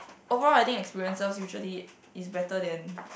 overall I think experiences usually is better than